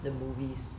的 movies